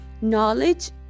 Knowledge